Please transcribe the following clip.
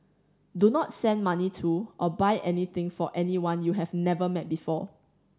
do not send money to or buy anything for anyone you have never met before